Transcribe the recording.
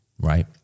right